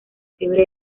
fiebre